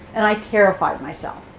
and i terrified myself.